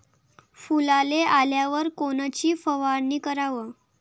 फुलाले आल्यावर कोनची फवारनी कराव?